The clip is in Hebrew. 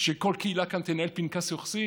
שכל קהילה כאן תנהל פנקס יוחסין?